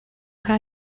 how